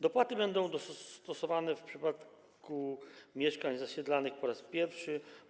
Dopłaty będą stosowane w przypadku mieszkań zasiedlanych po raz pierwszy.